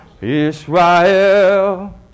Israel